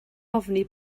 ofni